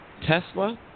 Tesla